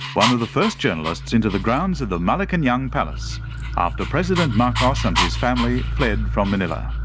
one of the first journalists into the grounds of the malacanang palace after president marcos and his family fled from manila.